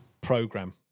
program